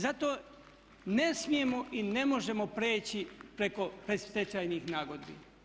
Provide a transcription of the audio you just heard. Zato ne smijemo i ne možemo preći preko predstečajnih nagodbi.